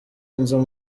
inzu